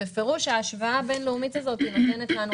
בפירוש ההשוואה הבין-לאומית הזאת מראה לנו